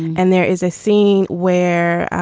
and there is a scene where